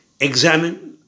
examine